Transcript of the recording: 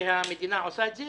שהמדינה עושה את זה?